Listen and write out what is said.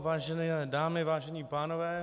Vážené dámy, vážení pánové.